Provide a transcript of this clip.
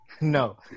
no